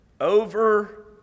over